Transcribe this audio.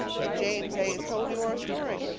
that james a. has told you our story?